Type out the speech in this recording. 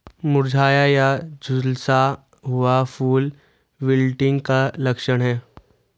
मुरझाया या झुलसा हुआ फूल विल्टिंग का लक्षण है